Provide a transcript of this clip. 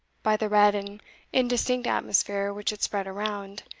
by the red and indistinct atmosphere which it spread around,